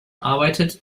arbeitete